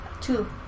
Two